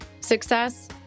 success